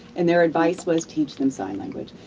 and their advice was, teach them sign language,